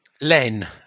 Len